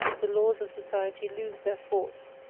the laws of society lose their force,